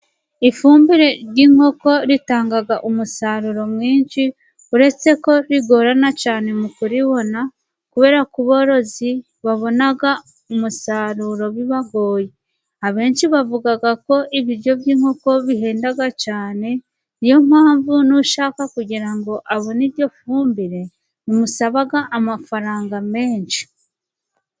Ifumbire y'inkoko itanga umusaruro mwinshi, uretse ko igorana cyane mu kuyibona, kubera ku borozi babona umusaruro bibagoye. Abenshi bavuga ko ibiryo by'inkoko bihenda cyane, niyo mpamvu n'ushaka kugira ngo abone iyo fumbire, bimusaba amafaranga menshi.